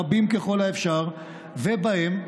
רבים ככל האפשר, ובהם,